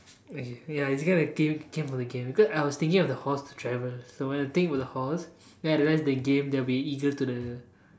okay ya because it came came from the game then because I was thinking of the horse to travel so when I think about the horse then I realized the game there will be an eagle to the